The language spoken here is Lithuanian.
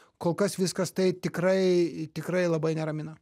kol kas viskas tai tikrai tikrai labai neramina